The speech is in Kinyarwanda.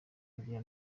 kugera